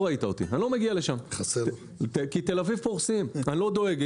אני לא מגיע לשם כי בתל אביב פורסים ואני לא דואג.